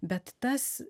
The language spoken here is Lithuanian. bet tas